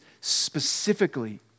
specifically